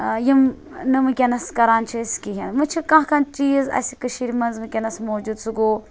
یِم نہٕ وِنکیٚنَس کَران چھِ أسۍ کِہیٖنۍ وۄنۍ چھِ کانٛہہ کانٛہہ چیٖز وِنکیٚنَس موجوٗد سُہ گوٚو